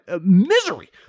misery